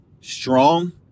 strong